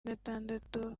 gatandatu